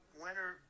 winner